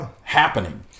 happening